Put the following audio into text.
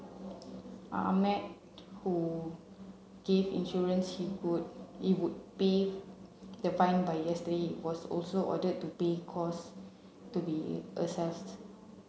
Ahmed who gave insurance he could he would pay the fine by yesterday was also ordered to pay costs to be assessed